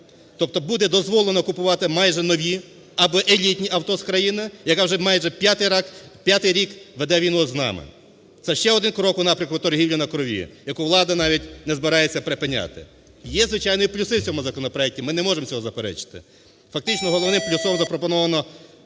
Тобто буде дозволено купувати майже нові або елітні авто з країни, яка вже майже п'ятий рік веде війну з нами. Це ще один крок у напрямку торгівлі на крові, яку влада навіть не збирається припиняти. Є, звичайно, і плюси в цьому законопроекті, ми не можемо цього заперечити. Фактично головним плюсом законопроекту